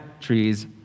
trees